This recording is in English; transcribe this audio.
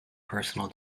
personal